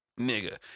nigga